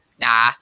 nah